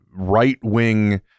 right-wing